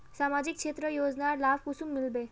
सामाजिक क्षेत्र योजनार लाभ कुंसम मिलबे?